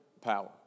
power